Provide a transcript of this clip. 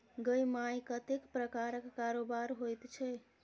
गै माय कतेक प्रकारक कारोबार होइत छै